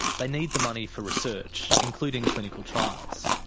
they need the money for research, including clinical trials.